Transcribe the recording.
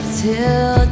till